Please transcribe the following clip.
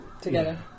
Together